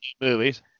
movies